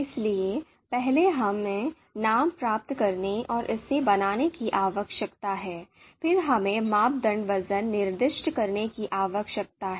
इसलिए पहले हमें नाम प्राप्त करने और इसे बनाने की आवश्यकता है फिर हमें मापदंड वज़न निर्दिष्ट करने की आवश्यकता है